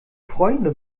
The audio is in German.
freunde